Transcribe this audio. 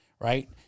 Right